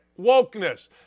wokeness